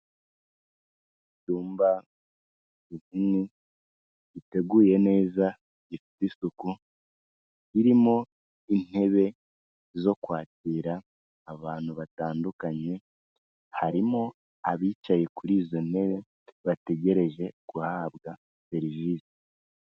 Icyumba kini giteguye neza gifite isuku, irimo intebe zo kwakira abantu batandukanye, harimo abicaye kuri izo ntebe bategereje guhabwa serivisi.